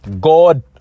God